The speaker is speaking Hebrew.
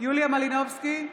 יוליה מלינובסקי,